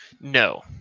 No